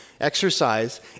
exercise